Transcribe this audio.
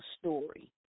story